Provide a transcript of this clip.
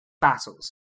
battles